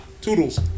Toodles